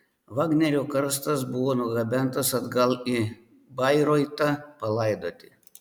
vagnerio karstas buvo nugabentas atgal į bairoitą palaidoti